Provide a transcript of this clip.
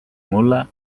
mulle